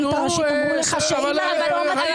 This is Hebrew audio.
מי שישקיע כאן כסף ירוויח המון כסף,